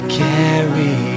carry